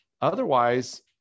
Otherwise